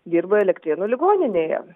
dirba elektrėnų ligoninėje